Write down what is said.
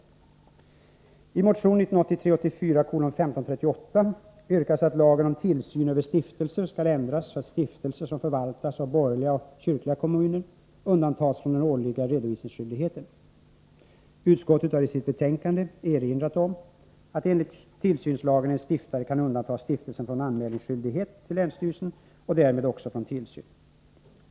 I motion 1983/84:1538 yrkas att lagen om tillsyn över stiftelser skall ändras så att stiftelser som förvaltas av borgerliga och kyrkliga kommuner undantas från den årliga redovisningsskyldigheten. Utskottet har i sitt betänkande erinrat om att en stiftare enligt tillsynslagen kan undanta stiftelsen från anmälningsskyldighet till länsstyrelsen och därmed också från tillsyn.